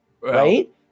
right